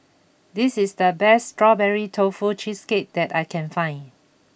this is the best Strawberry Tofu Cheesecake that I can find